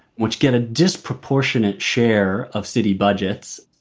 which get a disproportionate share of city budgets.